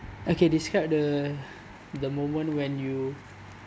okay describe the the moment when you